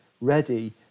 ready